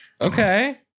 Okay